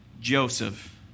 Joseph